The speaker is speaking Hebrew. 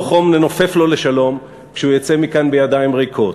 חום ננופף לו לשלום כשהוא יצא מכאן בידיים ריקות,